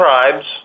tribes